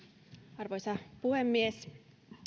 arvoisa puhemies